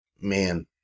man